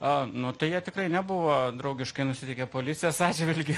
nu tai jie tikrai nebuvo draugiškai nusiteikę policijos atžvilgiu